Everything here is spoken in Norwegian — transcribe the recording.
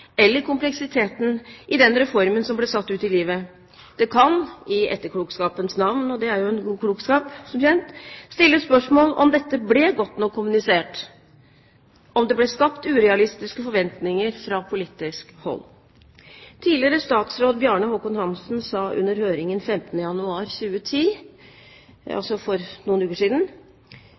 eller kompleksiteten i den reformen som ble satt ut i livet. Det kan i etterpåklokskapens navn – og det er som kjent en god klokskap – stilles spørsmål ved om dette ble godt nok kommunisert, om det ble skapt urealistiske forventninger fra politisk hold. Tidligere statsråd Bjarne Håkon Hanssen sa under høringen 15. januar 2010, altså for noen uker siden: